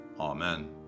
Amen